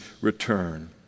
return